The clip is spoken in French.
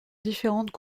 différentes